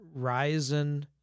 Ryzen